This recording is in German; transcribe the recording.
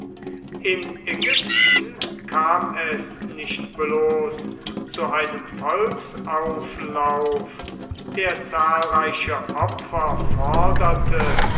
in ägypten kam es nicht bloß zu einem volksauflauf der zahlreiche opfer forderte